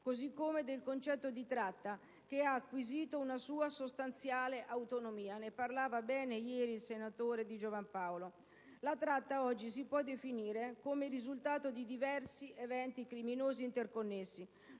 così come del concetto di tratta, che ha acquisito una sua sostanziale autonomia; ne parlava bene ieri il senatore Di Giovan Paolo. La tratta oggi si può definire come il risultato di diversi eventi criminosi interconnessi: